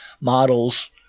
models